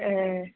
ஆ